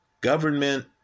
government